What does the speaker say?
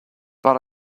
but